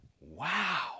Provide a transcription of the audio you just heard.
wow